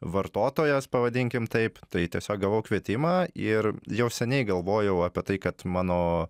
vartotojas pavadinkim taip tai tiesiog gavau kvietimą ir jau seniai galvojau apie tai kad mano